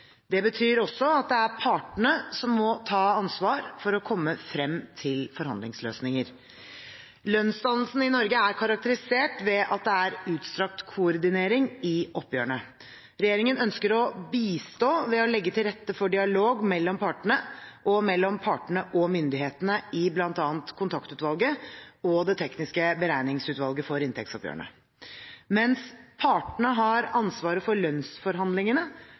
Det betyr også at det er partene som må ta ansvar for å komme frem til forhandlingsløsninger. Lønnsdannelsen i Norge er karakterisert ved at det er utstrakt koordinering i oppgjørene. Regjeringen ønsker å bistå ved å legge til rette for dialog mellom partene og mellom partene og myndighetene i bl.a. Kontaktutvalget og Det tekniske beregningsutvalget for inntektsoppgjørene. Mens partene har ansvar for lønnsforhandlingene,